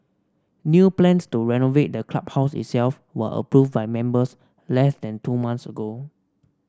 new plans to renovate the clubhouse itself were approved by members less than two months ago